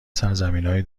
سرزمینای